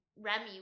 Remy